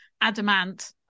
Adamant